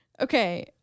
Okay